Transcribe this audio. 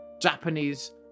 Japanese